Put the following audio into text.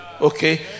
okay